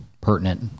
pertinent